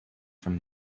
from